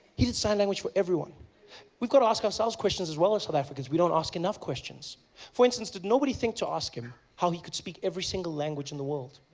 he did sign language for everyone we have to ask ourselves questions as well as south africans we don't ask enough questions for instance, did nobody think to ask him how he could speak every single language in the world